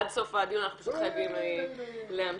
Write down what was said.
עד סוף הדיון, אנחנו חייבים להמשיך.